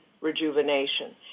rejuvenation